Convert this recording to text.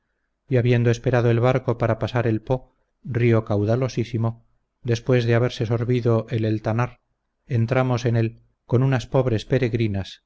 y habiendo esperado el barco para pasar el po río caudalosísimo después de haberse sorbido el eltanar en tramos en él con unas pobres peregrinas